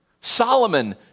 Solomon